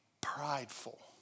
prideful